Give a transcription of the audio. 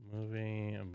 Movie